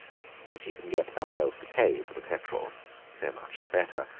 if she can get some one else to pay for the petrol so much the better.